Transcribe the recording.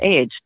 age